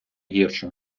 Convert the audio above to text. гірше